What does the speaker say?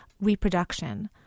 reproduction